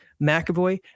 McAvoy